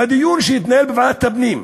בדיון שהתנהל בוועדת הפנים,